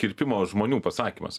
kirpimo žmonių pasakymas